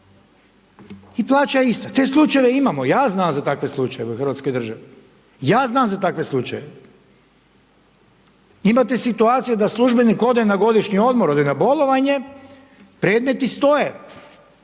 I plaća je ista, te slučajeve imamo, ja znam za takve slučajeve u hrvatskoj državi. Ja znam za takve slučajeve. Imate situaciju da službenik ode na godišnji odmor, ode na bolovanje, predmeti stoje